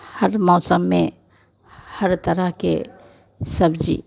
हर मौसम में हर तरह की सब्ज़ी